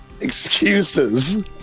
Excuses